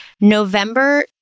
November